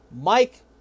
Mike